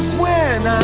when